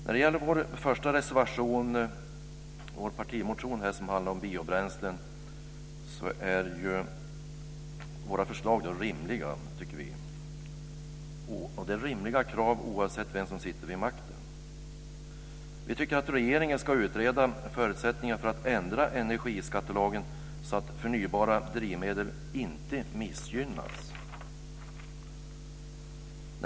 När det gäller vår första reservation och partimotion om biobränslen är våra förslag rimliga, tycker vi, oavsett vem som sitter vid makten. Vi tycker att regeringen ska utreda förutsättningarna för att ändra energiskattelagen så att förnybara drivmedel inte missgynnas.